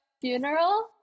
Funeral